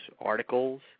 articles